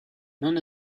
non